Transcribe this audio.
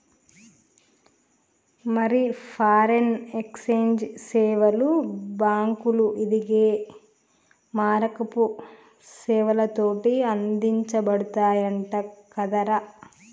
మరి foreign exchange సేవలు బాంకులు, ఇదిగే మారకపు సేవలతోటి అందించబడతయంట కదరా